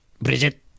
Bridget